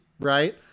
Right